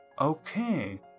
Okay